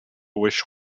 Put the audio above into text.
wish